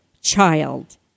child